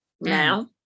now